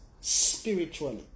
spiritually